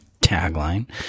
tagline